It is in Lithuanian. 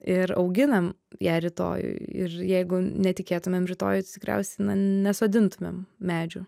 ir auginam ją rytojui ir jeigu netikėtumėm rytoj tikriausiai nesodintumėm medžių